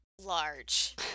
large